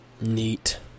Neat